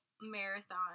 marathon